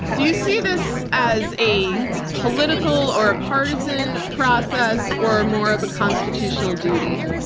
do you see this as a political or a partisan process or more of a constitutional duty?